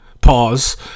pause